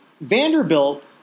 Vanderbilt